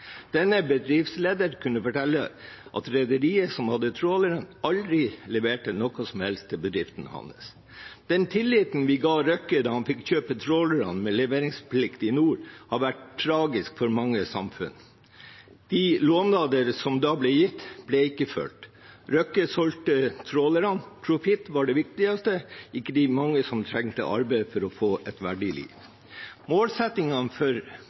Denne bedriftslederen kunne fortelle at rederiet som hadde trålerne, aldri leverte noe som helst til bedriften hans. Den tilliten vi ga Røkke da han fikk kjøpe trålerne med leveringsplikt i nord, har vært tragisk for mange samfunn. De lovnader som da ble gitt, ble ikke fulgt opp. Røkke solgte trålerne. Profitt var det viktigste, ikke de mange som trengte arbeid for å få et verdig liv. Målsettingene for